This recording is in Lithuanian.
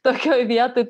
tokioj vietoj